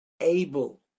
able